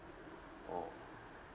oh